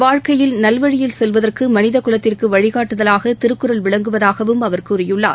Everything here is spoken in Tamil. வாழ்க்கையில் நல்வழியில் செல்வதற்குமனிதகுலத்திற்குவழிகாட்டுதவாகதிருக்குறள் விளங்குவதாகவும் அவர் கூறியுள்ளார்